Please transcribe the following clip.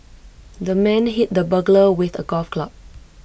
the man hit the burglar with A golf club